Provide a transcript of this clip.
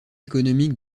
économique